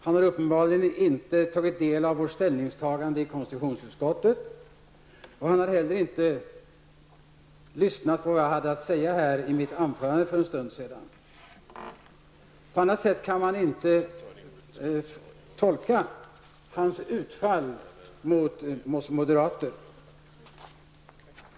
Han har uppenbarligen inte tagit del av vårt ställningstagande i konstitutionsutskottet. Han har heller inte lyssnat på vad jag sade i mitt anförande för en stund sedan. På annat sätt kan man inte tolka hans utfall mot oss moderater.